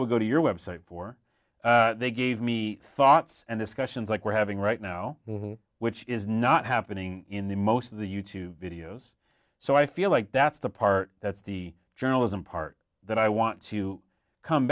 would go to your website for they gave me thoughts and discussions like we're having right now which is not happening in the most of the youtube videos so i feel like that's the part that's the journalism part that i want to come